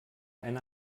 eine